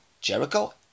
Jericho